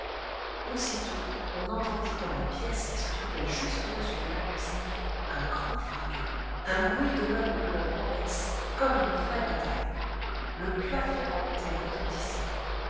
aussitôt on entendit dans la pièce qui se trouvait juste au-dessus de la cuisine un grand fracas un bruit de meubles que l'on renverse comme une vraie bataille le plafond en était retentissant